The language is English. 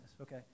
Okay